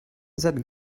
that